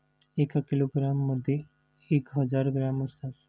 एक किलोग्रॅममध्ये एक हजार ग्रॅम असतात